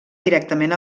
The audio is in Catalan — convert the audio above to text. directament